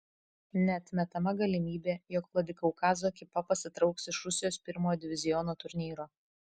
neatmetama galimybė jog vladikaukazo ekipa pasitrauks iš rusijos pirmojo diviziono turnyro